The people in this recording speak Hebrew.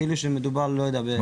כאילו שמדובר בלא יודע מה.